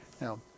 Now